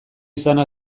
izana